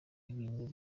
ibintu